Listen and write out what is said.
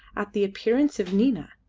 at the appearance of nina,